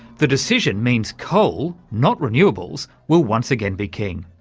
the decision means coal, not renewables, will once again be king.